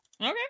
Okay